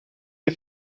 der